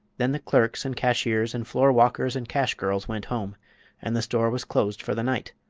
then the clerks and cashiers and floorwalkers and cash girls went home and the store was closed for the night,